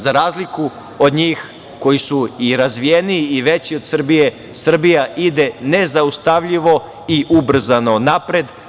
Za razliku od njih koji su i razvijeniji i veći od Srbije, Srbija ide nezaustavljivo i ubrzano napred.